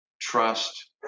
trust